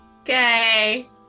Okay